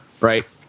right